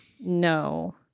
No